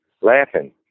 laughing